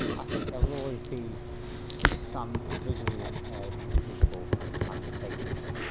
i think there will always be some visually impaired people undertaking it.